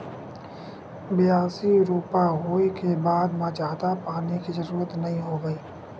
बियासी, रोपा होए के बाद म जादा पानी के जरूरत नइ होवय